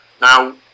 now